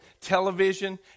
television